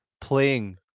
playing